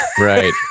Right